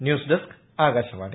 news desk Akashvani